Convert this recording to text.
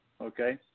Okay